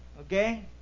Okay